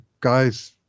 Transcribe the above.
guys